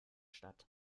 statt